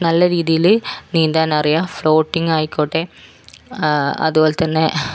നല്ല രീതിയിൽ നീന്താനറിയാം ഫ്ലോട്ടിങ്ങായിക്കോട്ടെ അതുപോലെത്തന്നെ